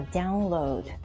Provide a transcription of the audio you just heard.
download